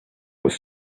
was